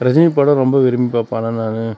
ரஜினி படம் ரொம்ப விரும்பி பார்ப்பேன் ஆனால் நான்